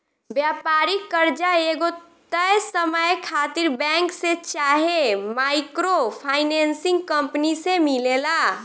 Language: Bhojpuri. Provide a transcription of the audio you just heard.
व्यापारिक कर्जा एगो तय समय खातिर बैंक से चाहे माइक्रो फाइनेंसिंग कंपनी से मिलेला